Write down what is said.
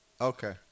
Okay